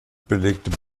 belegte